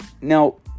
Now